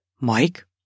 Mike